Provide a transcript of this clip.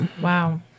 Wow